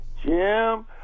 Jim